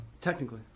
Technically